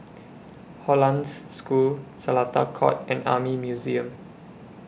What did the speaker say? Hollandse School Seletar Court and Army Museum